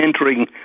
entering